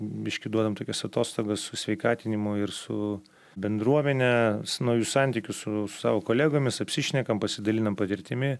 biškį duodam tokias atostogas su sveikatinimo ir su bendruomene naujus santykius su savo kolegomis apsišnekam pasidalinam patirtimi